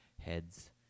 Heads